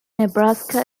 nebraska